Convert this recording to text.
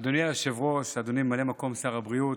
אדוני היושב-ראש, אדוני ממלא מקום שר הבריאות,